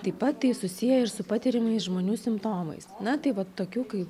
taip pat tai susiję ir su patiriamais žmonių simptomais na tai va tokių kaip